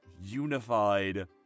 unified